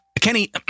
Kenny